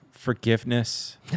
Forgiveness